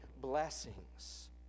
blessings